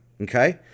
okay